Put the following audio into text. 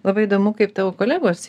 labai įdomu kaip tavo kolegos